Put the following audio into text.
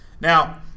Now